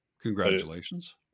Congratulations